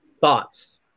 Thoughts